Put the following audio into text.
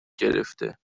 گرفته